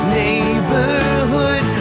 neighborhood